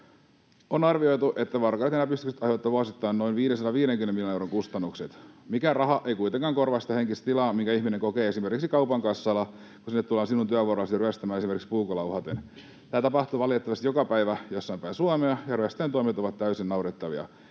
On arvioitu, että varkaudet ja näpistykset aiheuttavat vuosittain noin 550 miljoonan euron kustannukset. Mikään raha ei kuitenkaan korvaa sitä henkistä tilaa, minkä ihminen kokee esimerkiksi kaupan kassalla, kun sinne tullaan hänen työvuorollaan ryöstämään esimerkiksi puukolla uhaten. Tätä tapahtuu valitettavasti joka päivä jossain päin Suomea, ja ryöstäjien tuomiot ovat täysin naurettavia,